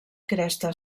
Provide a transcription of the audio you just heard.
cresta